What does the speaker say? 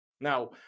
Now